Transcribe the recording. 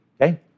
okay